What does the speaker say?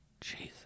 Jesus